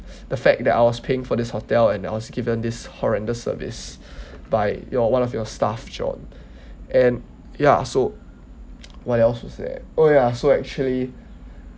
the fact that I was paying for this hotel and I was given this horrendous service by your one of your staff john and ya so what else to say ah oh ya so actually